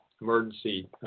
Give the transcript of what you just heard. emergency